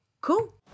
Cool